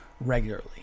regularly